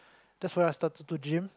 that's where I started to gym